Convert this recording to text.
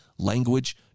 language